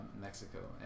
Mexico